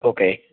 okay